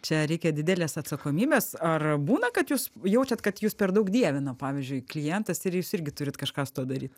čia reikia didelės atsakomybės ar būna kad jūs jaučiat kad jus per daug dievina pavyzdžiui klientas ir jūs irgi turit kažką su tuo daryt